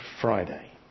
Friday